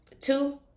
Two